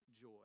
joy